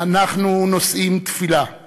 אנחנו נושאים תפילה/